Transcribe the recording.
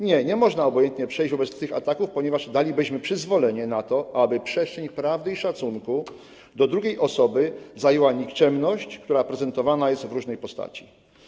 Nie, nie można przejść obojętnie wobec tych ataków, ponieważ dalibyśmy przyzwolenie na to, aby przestrzeń prawdy i szacunku do drugiej osoby zajęła nikczemność, która prezentowana jest w różnej postaci.